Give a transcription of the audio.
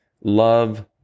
love